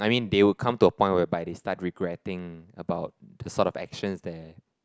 I mean they will come to a point whereby they start regretting about the sort of actions that